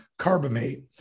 carbamate